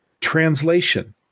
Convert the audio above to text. Translation